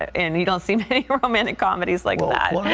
and you don't see many romantic comedies like that.